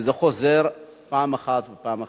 וזה חוזר פעם אחת ופעם אחת,